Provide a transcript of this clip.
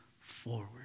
forward